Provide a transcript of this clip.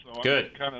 Good